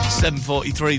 7.43